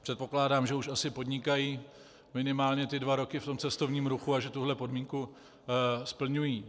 Předpokládám, že už asi podnikají minimálně ty dva roky v cestovním ruchu a že tuhle podmínku splňují.